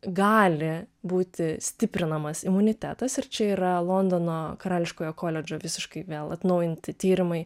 gali būti stiprinamas imunitetas ir čia yra londono karališkojo koledžo visiškai vėl atnaujinti tyrimai